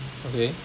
okay